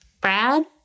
Brad